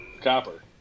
Copper